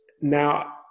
now